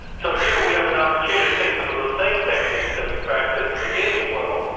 so here we have an opportunity to take some of the same techniques that we practice in the gaming world,